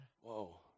Whoa